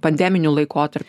pandeminiu laikotarp